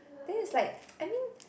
then is like I mean